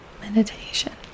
meditation